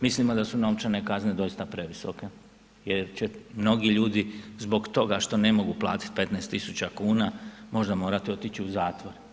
Mislimo da su novčane kazne doista previsoke jer će mnogi ljudi zbog toga što ne mogu platiti 15 tisuća kuna, možda morati otići u zatvor.